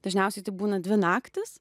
dažniausiai tai būna dvi naktys